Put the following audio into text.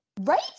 Right